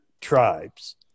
tribes